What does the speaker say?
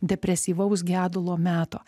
depresyvaus gedulo meto